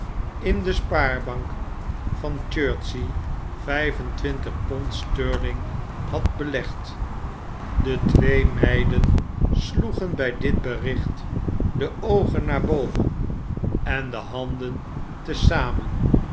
in de spaarbank van chertsey vijf en twintig pond sterling had belegd de twee meiden sloegen bij dit bericht de oogen naar boven en de handen te zamen